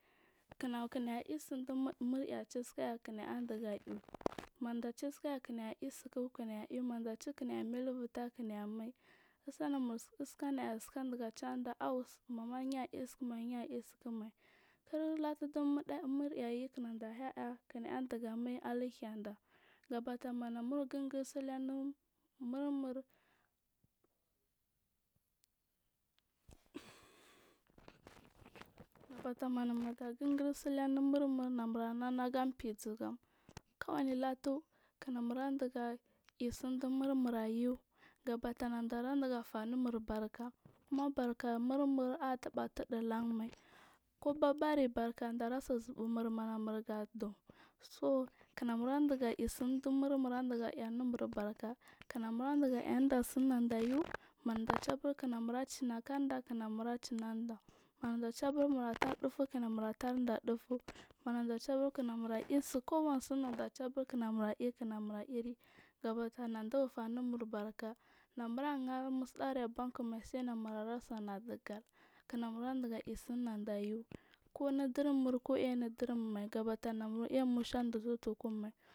Kinaya ir sundu murya chasikaya kinadiga law maja chasikaya kinamai sasika kinadaga chanida au au mama ya itsukuma ya itsu kumai kirtatu chumuryu kinada liya nadiga mai alu hyada gabata mamurgun gu sili nau murmun gabata mura hingir sili anu murmul namurana ga fii zugam diga isundu murmul aiyu gabata nadafunur barka kuma barkal murmutaba atiɗu lanmai nkobari bara ɓarkanda andase zubu mana mura ga duu. So kinamura dig air musunda ya dacebur kinaya cina karinda kina chi nada manaceburi kinaye tar dufu kina madaceburi kina naya iyisu kuwani suu madace burkan naya iri namura dhanusudagu abankmai saina mura sa ina digal mura diga sinadayu kunu dum ui ku ainu durmul ku aiy nudurmu makuainu durum mai gaba aimusha an.